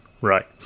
right